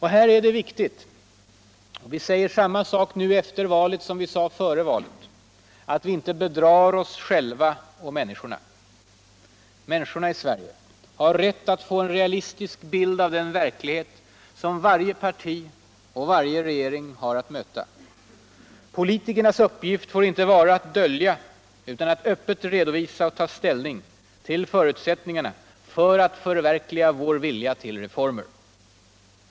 Här är det viktigt — vi säger samma sak nu som före valet — att vi inte bedrar oss själva eller människorna i Sverige. De har rätt att få en realistisk bild av den verklighet som varje parti och varje regering har att möta. Politikernas uppgift skall och får inte vara att dölja. utan att Öppet redovisa och ta ställning till förutsättningarna för att förverkliga vår vilja till reformer.